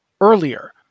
earlier